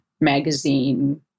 magazine